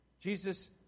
Jesus